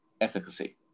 efficacy